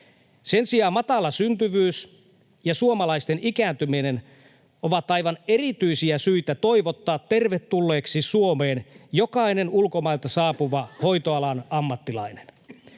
Sen sijaan matala syntyvyys ja suomalaisten ikääntyminen ovat aivan erityisiä syitä toivottaa tervetulleeksi Suomeen jokainen ulkomailta saapuva hoitoalan ammattilainen.